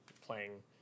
playing